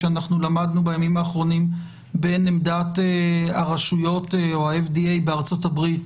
שלמדנו בימים האחרונים בין עמדת הרשויות או ה-FDA בארצות-הברית